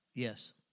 Yes